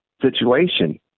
situation